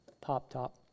pop-top